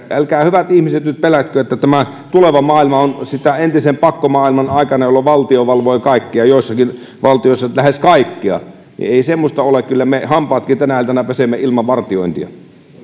älkää hyvät ihmiset nyt pelätkö että tämä tuleva maailma on sitä entisen pakkomaailman aikaa jolloin valtio joissakin valtioissa valvoi lähes kaikkea ei semmoista ole ja kyllä me hampaatkin tänä iltana pesemme ilman vartiointia